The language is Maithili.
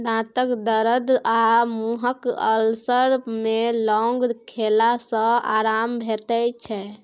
दाँतक दरद आ मुँहक अल्सर मे लौंग खेला सँ आराम भेटै छै